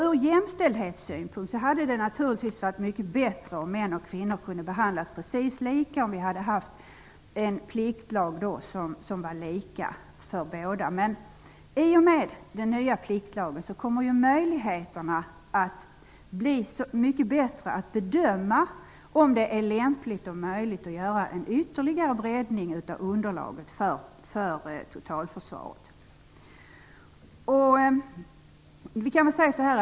Ur jämställdhetssynpunkt hade det naturligtvis varit mycket bättre om män och kvinnor kunde behandlas precis lika, dvs. om vi hade haft samma pliktlag för båda könen. Men den nya pliktlagen kommer att ge bättre möjligheter att bedöma om det är lämpligt och möjligt att göra en ytterligare breddning av underlaget för totalförsvaret.